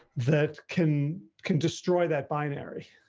that can can destroy that binary.